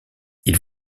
ils